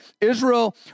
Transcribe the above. Israel